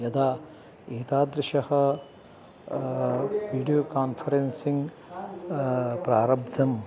यदा एतादृशः video conferencing प्रारब्धम्